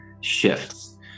shifts